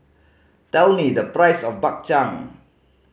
tell me the price of Bak Chang